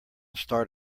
start